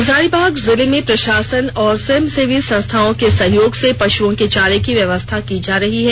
हजारीबाग जिले में प्रषासन और स्वं सेवी संस्थाओं के सहयोग से पश्ञों के चारे की व्यवस्था की जा रही है